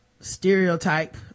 stereotype